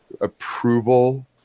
approval